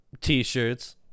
T-shirts